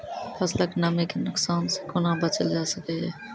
फसलक नमी के नुकसान सॅ कुना बचैल जाय सकै ये?